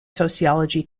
sociology